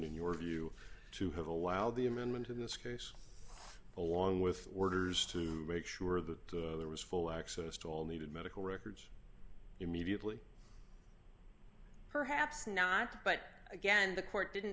in your view to have a while the amendment in this case along with workers to make sure that there was full access to all needed medical records immediately perhaps not but again the court didn't